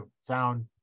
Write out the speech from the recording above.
sound